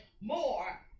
more